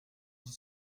cent